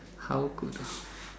how could